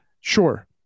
Sure